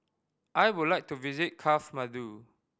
I would like to visit Kathmandu